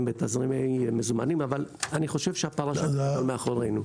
בתזרימי מזומנים - אבל אני חושב שהפרשה הזאת מאחורינו.